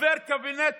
חבר קבינט